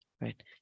Right